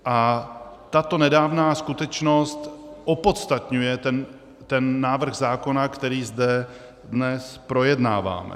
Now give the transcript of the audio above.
A tato nedávná skutečnost opodstatňuje ten návrh zákona, který zde dnes projednáváme.